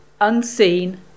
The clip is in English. unseen